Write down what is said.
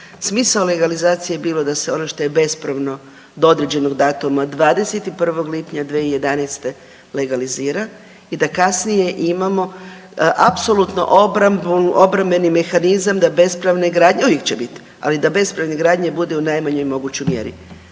Smisao legalizacije je bilo da se ono što je bespravno do određenog datuma 21. lipnja 2011. legalizira i da kasnije imamo apsolutno obrambeni mehanizam da bespravne gradnje uvijek će biti, ali da bespravne gradnje bude u najmanjoj mogućoj mjeri.